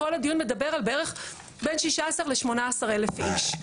כל הדיון מדבר על בערך בין 16 ל-18 אלף איש.